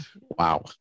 Wow